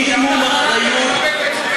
מינימום אחריות.